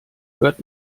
hört